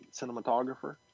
cinematographer